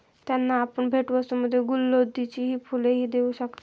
त्यांना आपण भेटवस्तूंमध्ये गुलौदीची फुलंही देऊ शकता